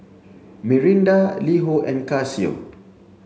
Mirinda LiHo and Casio